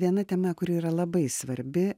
viena tema kuri yra labai svarbi